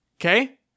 Okay